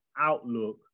outlook